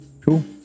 Cool